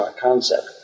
concept